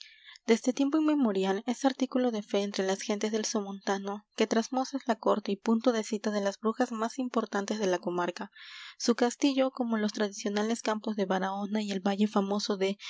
desde tiempo inmemorial es artículo de fe entre las gentes del somontano que trasmoz es la corte y punto de cita de las brujas más importantes de la comarca su castillo como los tradicionales campos de barahona y el valle famoso de